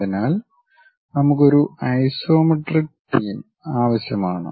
അതിനാൽ നമുക്ക് ഒരു ഐസോമെട്രിക് തീം ആവശ്യമാണ്